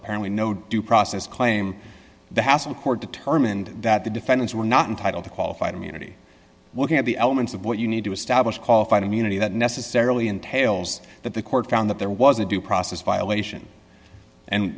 apparently no due process claim the hassle court determined that the defendants were not entitle to qualified immunity looking at the elements of what you need to establish qualified immunity that necessarily entails that the court found that there was a due process violation and